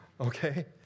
Okay